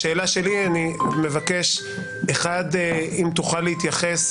אני מבקש אם תוכל להתייחס